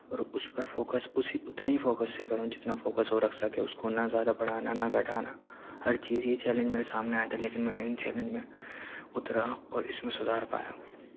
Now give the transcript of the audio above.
اور اُس پر فوکس اسے اتنے فوکس سے کروں جتنا فوکس وہ رکھ سکے اُس کو نہ زیادہ بڑھانا نہ گھٹانا ہر چیز یہ چیلنج میرے سامنے آیا تھا لیکن میں نے اِن چیلنج میں اُترا اور اِس میں سُدھار پایا